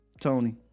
Tony